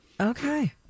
Okay